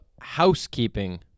housekeeping